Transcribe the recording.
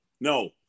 no